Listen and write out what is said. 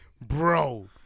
bro